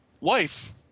wife